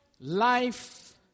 life